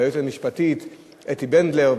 והיועצת המשפטית אתי בנדלר,